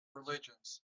religions